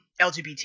LGBT